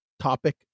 topic